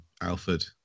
Alfred